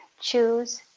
choose